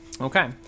okay